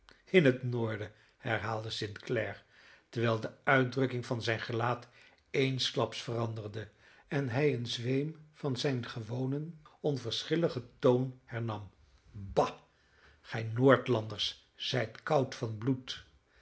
in het noorden herhaalde st clare terwijl de uitdrukking van zijn gelaat eensklaps veranderde en hij een zweem van zijn gewonen onverschilligen toon hernam ba gij noordlanders zijt koud van bloed